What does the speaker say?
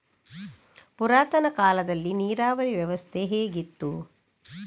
ಪುರಾತನ ಕಾಲದಲ್ಲಿ ನೀರಾವರಿ ವ್ಯವಸ್ಥೆ ಹೇಗಿತ್ತು?